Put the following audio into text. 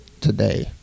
today